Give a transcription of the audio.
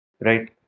right